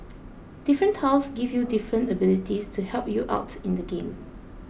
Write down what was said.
different tiles give you different abilities to help you out in the game